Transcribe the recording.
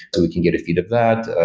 so we can get a feed of that.